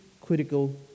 critical